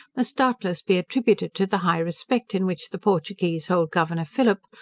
must doubtless be attributed to the high respect in which the portuguese held governor phillip,